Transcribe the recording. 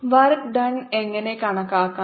work done എങ്ങനെ കണക്കാക്കാം